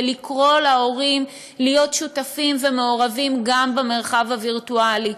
לקרוא להורים להיות שותפים ומעורבים גם במרחב הווירטואלי,